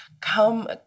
come